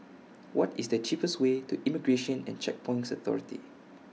What IS The cheapest Way to Immigration and Checkpoints Authority